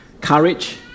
courage